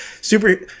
super